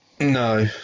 No